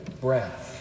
breath